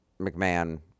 McMahon